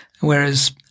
whereas